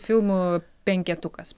filmų penketukas